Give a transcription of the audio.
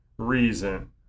reason